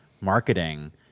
marketing